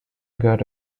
got